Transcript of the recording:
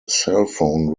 cellphone